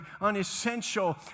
unessential